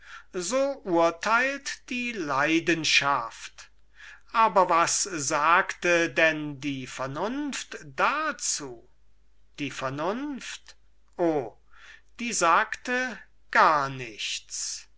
schlüsse macht die leidenschaft aber was sagte denn die vernunft dazu die vernunft o die sagte gar nichts